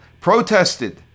protested